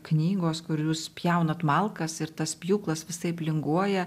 knygos kur jūs pjaunat malkas ir tas pjūklas visaip linguoja